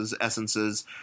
essences